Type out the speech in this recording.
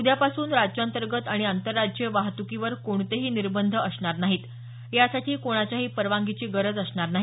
उद्यापासून राज्यातर्गंत आणि आंतरराज्यीय वाहत्कीवर कोणतेही निर्बंध असणार नाहीत यासाठी कोणाच्याही परवानगीची गरज असणार नाही